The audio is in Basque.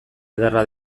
ederra